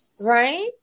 right